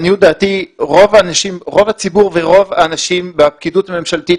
לעניות דעתי רוב הציבור ורוב האנשים והפקידות הממשלתית